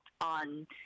on